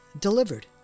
delivered